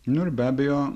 nu ir be abejo